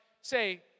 say